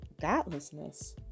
godlessness